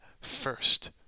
first